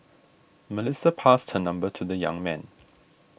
Melissa passed her number to the young man